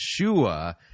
Yeshua